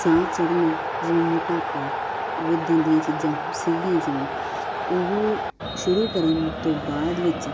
ਸਾਹ ਚੜ੍ਹਨਾ ਜਿਵੇਂ ਮੋਟਾਪਾ ਉੱਦਾਂ ਦੀਆਂ ਚੀਜ਼ਾਂ ਸੀਗੀਆਂ ਜਿਵੇਂ ਉਹ ਸ਼ੁਰੂ ਕਰਨ ਤੋਂ ਬਾਅਦ ਵਿੱਚ